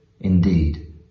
Indeed